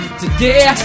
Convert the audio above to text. today